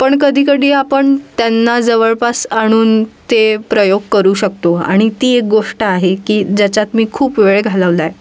पण कधी कधी आपण त्यांना जवळपास आणून ते प्रयोग करू शकतो आणि ती एक गोष्ट आहे की ज्याच्यात मी खूप वेळ घालवला आहे